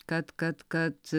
kad kad kad